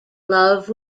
love